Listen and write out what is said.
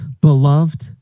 Beloved